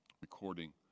recording